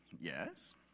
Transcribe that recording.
yes